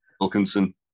Wilkinson